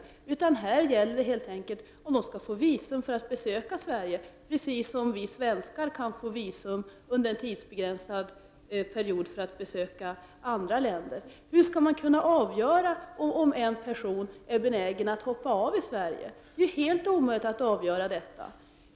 Frågan är om de skall få visum för att besöka Sverige precis så som vi svenskar kan få visum under en tidsbegränsad period för att besöka andra länder. Hur skall man kunna avgöra om en person är benägen att hoppa av i Sverige? Det är helt omöjligt att på förhand avgöra detta.